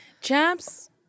Chaps